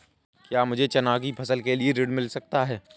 क्या मुझे चना की फसल के लिए ऋण मिल सकता है?